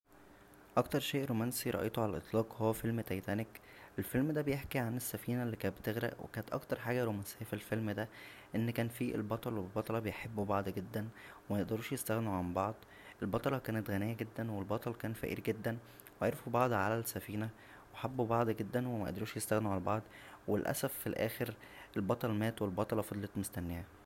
اكتر شىء رومانسى رايته على الاطلاق هو فيل تيتانك الفيلم دا بيحكى عن السفينه اللى كانت بتغرق و كانت اكتر حاجه رومانسيه فالفيلم دا ان كان فيه البطل والبطله بيحبو بعض جدا و ميقدروش يستغنو عن بعض البطله كانت غنيه جدا والبطل كان فقير جدا و عرفو بعض على السفينه و حبو بعض جدا و قدروش يستغنو عن بعض و للاسف فالاخر البطل مات و البطله فضلت مستنياه